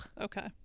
Okay